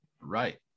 right